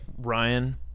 ryan